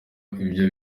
ivyo